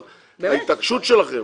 אבל ההתעקשות שלכם